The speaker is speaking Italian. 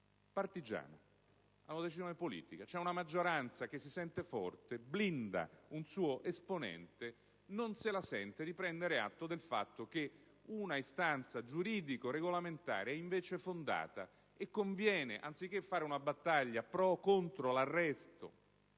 partigiana, ad una decisione politica: una maggioranza che si sente forte blinda un suo esponente, non se la sente di prendere atto del fatto che un'istanza giuridico-regolamentare è invece fondata e conviene, anziché fare una battaglia pro o contro l'arresto